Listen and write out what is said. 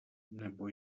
nebo